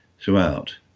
throughout